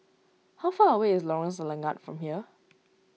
how far away is Lorong Selangat from here